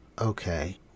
okay